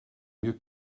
mieux